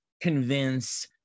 convince